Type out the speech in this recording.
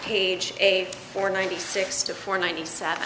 page eight or ninety six to four ninety seven